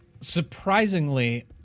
surprisingly